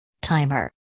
Timer